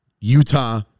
Utah